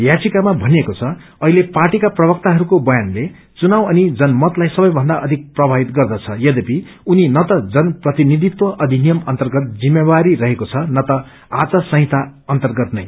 याचिकामा भनिएको छ अहिले पार्टीका प्रवक्ताहरूको ब्यान चुनाव अनि जनमतलाई सबैभन्दा अधिक प्रभवित गर्दछ यध्यपि उनी न त जनप्रतिनिधित्व अधिनियम अन्तर्गत जिम्मेवारी रहेको छ न त आचार संहिता अर्न्तगत नै